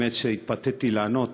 האמת היא שהתפתיתי לענות,